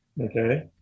Okay